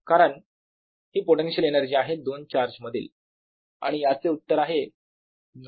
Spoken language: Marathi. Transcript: कारण ही पोटेन्शिअल एनर्जी आहे दोन चार्ज मधील आणि याचे उत्तर आहे नाही